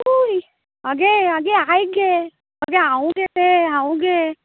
उय आगे आगे आयक गे आगे हांव गे तें हांव गे